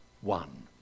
one